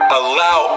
allow